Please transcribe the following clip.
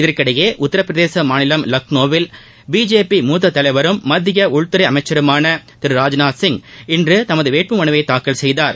இதற்கிளடயே உத்தரபிரதேச மாநிலம் லக்னோவில் பிஜேபி மூத்த தலைவரும் மத்திய உள்துறை அமைச்சருமான திரு ராஜ்நாத் சிங் இன்று தனது வேட்பு மனுவை தாக்கல் செய்தார்